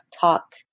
talk